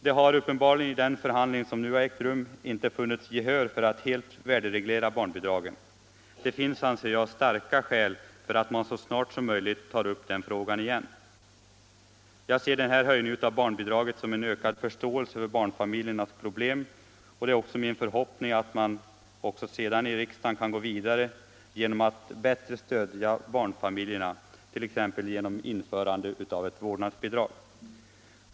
Det har uppenbarligen i den förhandling som nu ägt rum inte funnits gehör för att helt värdereglera barnbidragen. Det finns, anser jag, starka skäl för att så snart som möjligt ta upp den frågan igen. Jag ser denna höjning av barnbidraget som uttryck för en ökad förståelse för barnfamiljernas problem. Och det är min förhoppning att man även i riksdagen kan gå vidare i arbetet på att stödja barnfamiljerna, t.ex. genom införande av ett vårdnadsbidrag.